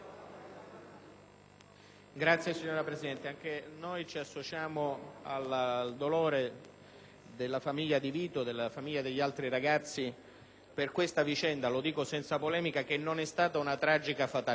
Signora Presidente, anche noi ci associamo al dolore delle famiglie di Vito e degli altri ragazzi per questa vicenda che - lo dico senza polemica - non è stata una tragica fatalità.